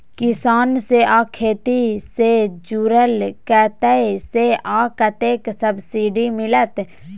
किसान से आ खेती से जुरल कतय से आ कतेक सबसिडी मिलत?